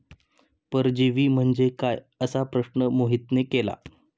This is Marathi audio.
परजीवी म्हणजे काय? असा प्रश्न मोहितने केला